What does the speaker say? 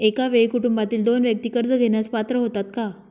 एका वेळी कुटुंबातील दोन व्यक्ती कर्ज घेण्यास पात्र होतात का?